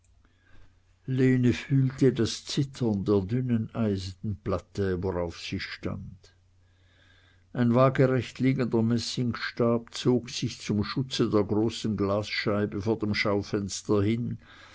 fühlte das zittern der dünnen eisenplatte darauf sie stand ein waagerecht liegender messingstab zog sich zum schutze der großen glasscheibe vor dem schaufenster hin